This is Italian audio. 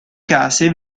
case